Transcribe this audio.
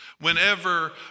whenever